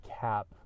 cap